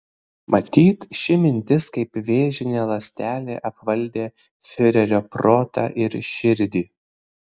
matyt ši mintis kaip vėžinė ląstelė apvaldė fiurerio protą ir širdį